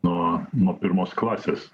nuo nuo pirmos klasės